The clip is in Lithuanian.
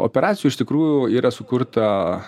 operacijų iš tikrųjų yra sukurta